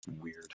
weird